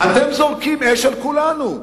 אתם זורקים אש על כולנו.